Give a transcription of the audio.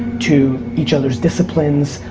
to each other's disciplines,